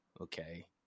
okay